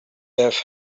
have